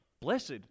Blessed